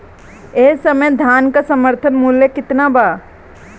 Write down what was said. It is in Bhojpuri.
एह समय धान क समर्थन मूल्य केतना बा?